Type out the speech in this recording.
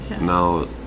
now